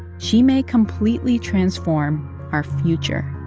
she may completely transform our future